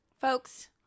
folks